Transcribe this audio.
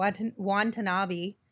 Watanabe